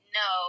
no